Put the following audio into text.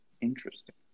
Interesting